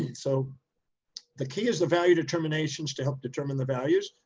so the key is the value determinations to help determine the values,